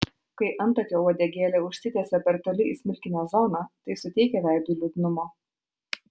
kai antakio uodegėlė užsitęsia per toli į smilkinio zoną tai suteikia veidui liūdnumo